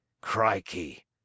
Crikey